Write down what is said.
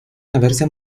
haberse